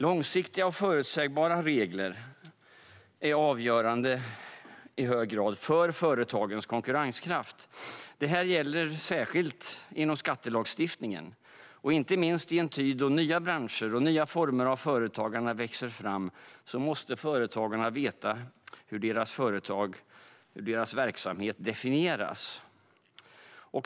Långsiktiga och förutsägbara regler är i hög grad avgörande för företagens konkurrenskraft. Det gäller särskilt inom skattelagstiftningen. Inte minst i en tid då nya branscher och nya former av företagande växer fram måste företagarna veta hur deras verksamhet definieras.